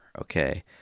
okay